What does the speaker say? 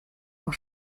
auch